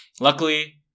luckily